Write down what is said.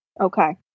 Okay